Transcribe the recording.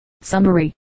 Summary